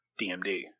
DMD